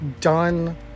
done